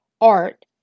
art